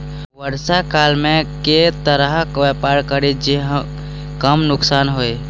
वर्षा काल मे केँ तरहक व्यापार करि जे कम नुकसान होइ?